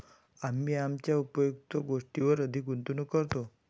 आम्ही आमच्या उपयुक्त गोष्टींवर अधिक गुंतवणूक करतो